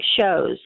shows